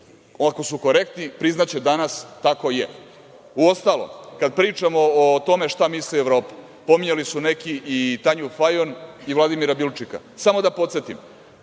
Ako su korektni priznaće danas - tako je. Uostalom, kada pričamo o tome šta misle Evropa, pominjali su neki i Tanju Fajon i Vladimira Bilčika, samo da podsetim.